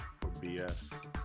BS